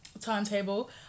timetable